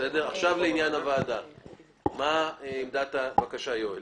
אנחנו מתנגדים לסעיף הזה.